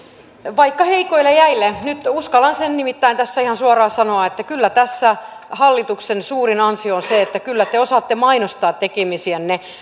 vaikka heikoille jäille nyt uskallan sen nimittäin tässä ihan suoraan sanoa että kyllä tässä hallituksen suurin ansio on se että kyllä te osaatte mainostaa tekemisiänne